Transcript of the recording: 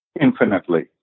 Infinitely